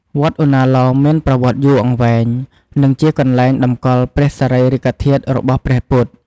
វត្តឧណ្ណាលោមមានប្រវត្តិយូរអង្វែង និងជាកន្លែងតម្កល់ព្រះសារីរិកធាតុរបស់ព្រះពុទ្ធ។